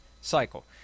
cycle